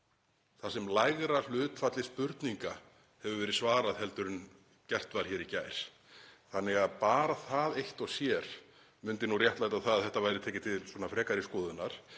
þar sem lægra hlutfalli spurninga hefur verið svarað heldur en gert var hér í gær. Bara það eitt og sér myndi nú réttlæta að þetta væri tekið til frekari skoðunar.